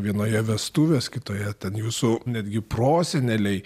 vienoje vestuves kitoje ten jūsų netgi proseneliai